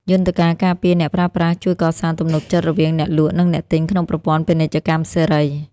យន្តការការពារអ្នកប្រើប្រាស់ជួយកសាងទំនុកចិត្តរវាងអ្នកលក់ និងអ្នកទិញក្នុងប្រព័ន្ធពាណិជ្ជកម្មសេរី។